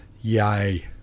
yay